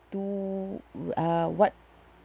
do uh what